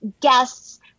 guests